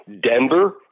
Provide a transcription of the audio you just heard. Denver